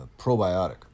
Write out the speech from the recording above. probiotic